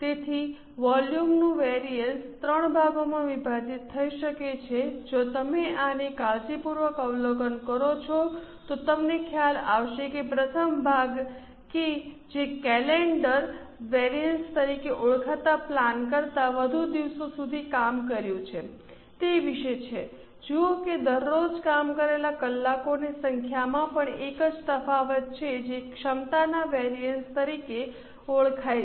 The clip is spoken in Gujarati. તેથી વોલ્યુમનું વેરિઅન્સ 3 ભાગોમાં વિભાજીત થઈ શકે છે જો તમે આને કાળજીપૂર્વક અવલોકન કરો છો તો તમને ખ્યાલ આવશે કે પ્રથમ ભાગ કે જે કેલેન્ડર વેરિએન્સ તરીકે ઓળખાતા પ્લાન કરતાં વધુ દિવસો સુધી કામ કર્યું છે તે વિશે છે જુઓ કે દરરોજ કામ કરેલા કલાકોની સંખ્યામાં પણ એક તફાવત છે જે ક્ષમતાના વેરિઅન્સ તરીકે ઓળખાય છે